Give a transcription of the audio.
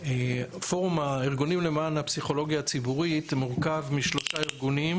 שפורום הארגונים למען הפסיכולוגיה הציבורית מורכב משלושה ארגונים: